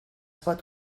pot